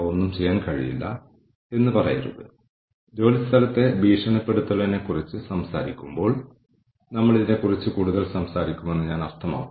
നമ്മൾ ഉൽപ്പാദിപ്പിക്കുന്ന ഉൽപ്പന്നമോ സേവനമോ വാങ്ങുന്ന ഉപഭോക്താക്കൾ അല്ലെങ്കിൽ നമ്മളുടെ മാർക്കറ്റ് നമ്മളുടെ ആത്യന്തിക വീക്ഷണത്താൽ തീരുമാനിക്കപ്പെടും